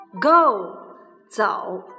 go,走